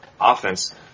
offense